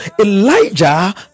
Elijah